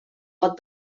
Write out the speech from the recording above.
pot